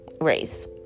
race